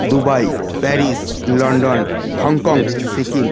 Dubai Paris London Hong Kong Sikkim